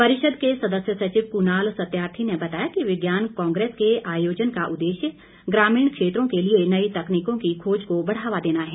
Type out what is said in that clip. परिषद के सदस्य सचिव कुनाल सत्यार्थी ने बताया कि विज्ञान कांग्रेस का आयोजन का उद्देश्य ग्रामीण क्षेत्रों के लिए नई तकनीकों की खोज को बढ़ावा देना है